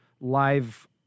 live